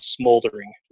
smoldering